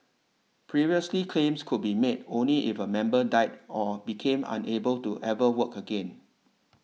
previously claims could be made only if a member died or became unable to ever work again